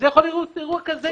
זה יכול להיות אירוע כזה קטן.